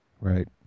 Right